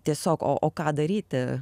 tiesiog o o ką daryti